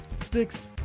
Sticks